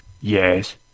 Yes